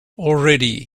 already